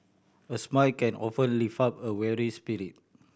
a smile can often lift up a weary spirit